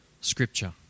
scripture